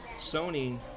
Sony